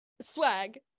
swag